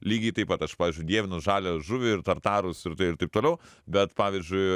lygiai taip pat aš pavyzdžiui dievinu žalią žuvį ir tartarus ir taip toliau bet pavyzdžiui